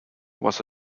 was